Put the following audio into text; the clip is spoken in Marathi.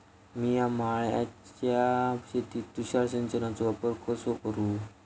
मिया माळ्याच्या शेतीत तुषार सिंचनचो वापर कसो करू?